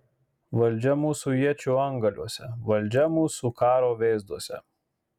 valdžia mūsų iečių antgaliuose valdžia mūsų karo vėzduose